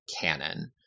canon